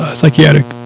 psychiatric